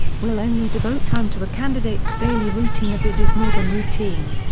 we'll only devote time to a candidate's daily routine if it is more than routine.